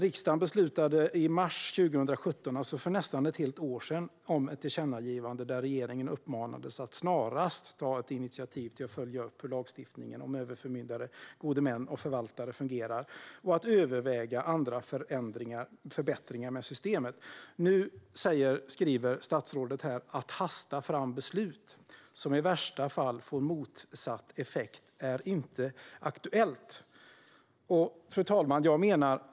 Riksdagen beslutade i mars 2017, för nästan ett helt år sedan, om ett tillkännagivande där regeringen uppmanades att snarast ta initiativ till att följa upp hur lagstiftningen om överförmyndare, gode män och förvaltare fungerar och att överväga andra förbättringar av systemet. Nu sa statsrådet: "Att hasta fram beslut som i värsta fall får motsatt effekt är inte aktuellt."